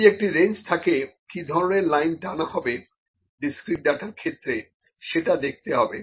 যদি একটা রেঞ্জ থাকে কি ধরনের লাইন টানা হবে ডিসক্রিট ডাটার ক্ষেত্রে সেটা দেখতে হবে